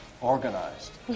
organized